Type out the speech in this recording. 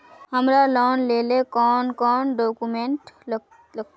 हमरा लोन लेले कौन कौन डॉक्यूमेंट लगते?